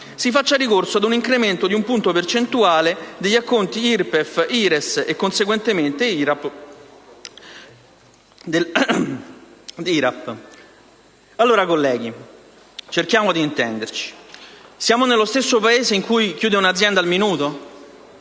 si fa ricorso ad un incremento di un punto percentuale degli acconti IRPEF, IRES e conseguentemente IRAP. Allora, colleghi, cerchiamo di intenderci: siamo nello stesso Paese in cui chiude un'azienda al minuto?